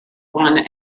one